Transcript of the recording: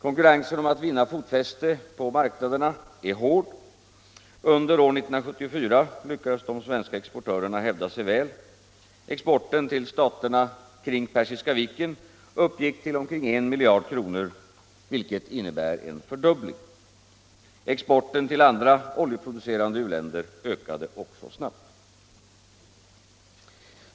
Konkurrensen om att vinna fotfäste på dessa marknader är hård. Under år 1974 lyckades de svenska exportörerna hävda sig väl. Exporten till staterna kring Persiska viken uppgick till ca 1 miljard kronor, vilket innebär en fördubbling. Exporten till andra oljeproducerande u-länder ökade också snabbt.